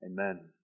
Amen